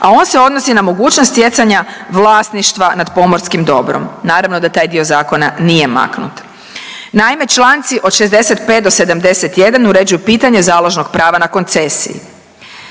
a on se odnosi na mogućnost stjecanja vlasništva nad pomorskim dobrom. Naravno da taj dio zakona nije maknut. Naime, Članci od 65. do 71. uređuju pitanje založnog prava na koncesiji.